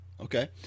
Okay